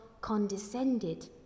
condescended